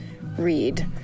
read